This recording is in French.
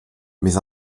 mes